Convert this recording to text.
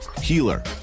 healer